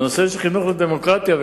בנושא של חינוך ודמוקרטיה,